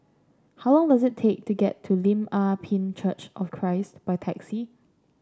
how long does it take to get to Lim Ah Pin Church of Christ by taxi